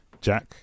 Jack